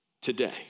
today